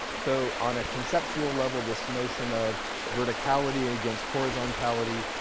so on a conceptual level, this notion of verticality against horizontality